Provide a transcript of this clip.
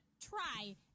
try